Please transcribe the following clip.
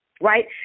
right